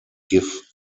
give